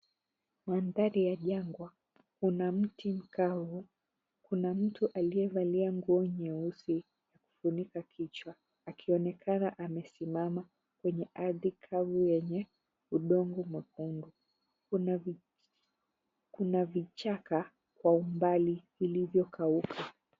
Maridadi ya jangwa. Kuna mti mkavu. Kuna mtu alievalia nguo nyeusi na kufunika kichwa akionekana amesimama kwenye ardhi kavu yenye udongo mwekundu. Kuna vichaka kwa umbali vilivyokauka.